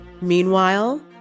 Meanwhile